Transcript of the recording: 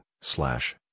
slash